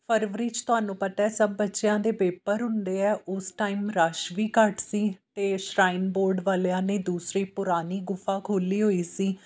ਫਰਵਰੀ 'ਚ ਤੁਹਾਨੂੰ ਪਤਾ ਸਭ ਬੱਚਿਆਂ ਦੇ ਪੇਪਰ ਹੁੰਦੇ ਆ ਉਸ ਟਾਈਮ ਰਸ਼ ਵੀ ਘੱਟ ਸੀ ਅਤੇ ਸ਼੍ਰਾਇਨ ਬੋਰਡ ਵਾਲਿਆਂ ਨੇ ਦੂਸਰੀ ਪੁਰਾਣੀ ਗੁਫ਼ਾ ਖੋਲੀ ਹੋਈ ਸੀ